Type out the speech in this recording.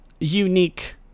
unique